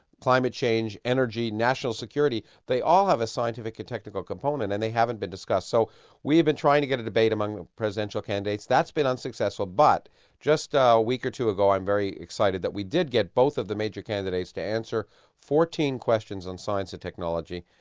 climate change, energy, national security they all have a scientific and technical component and they haven't been discussed. so we have been trying to get a debate among presidential candidates. that's been unsuccessful. but just a week or two ago i'm very excited that we did get both of the major candidates to answer fourteen questions on science and technology,